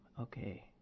Okay